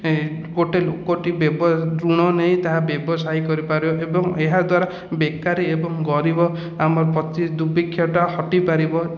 କୋଟି କୋଟି ଋଣ ନେଇ ତାହା ବ୍ୟବସାୟ କରିପାରିବ ଏବଂ ଏହାଦ୍ଵାରା ବେକାରୀ ଏବଂ ଗରିବ ଆମ ଦୁର୍ଭିକ୍ଷଟା ହଟିପାରିବ